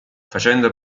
facendo